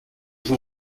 vous